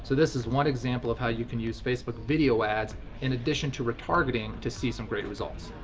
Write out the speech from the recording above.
so this is one example of how you can use facebook video ads in addition to retargeting to see some great results.